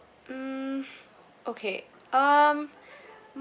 mm okay um mm